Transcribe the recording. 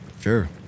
Sure